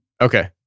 okay